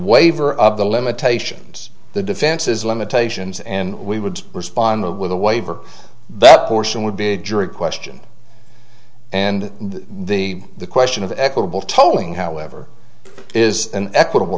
waiver of the limitations the defenses limitations and we would respond with a waiver that portion would be a jury question and the the question of equitable tolling however is an equitable